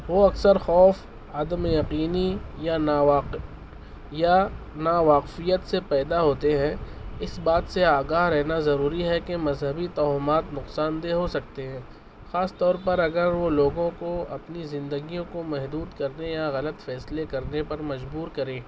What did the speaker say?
وہ اکثر خوف عدم یقینی یا ناواق یا ناواقفیت سے پیدا ہوتے ہیں اس بات سے آگاہ رہنا ضروری ہے کہ مذہبی توہمات نقصان دہ ہو سکتے ہیں خاص طور پر اگر وہ لوگوں کو اپنی زندگیوں کو محدود کرنے یا غلط فیصلے کرنے پر مجبور کریں